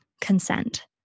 consent